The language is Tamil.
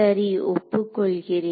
சரி ஒப்புக்கொள்கிறேன்